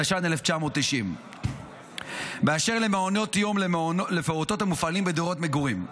התשע"ד 1990. באשר למעונות יום לפעוטות המופעלים בדירות מגורים,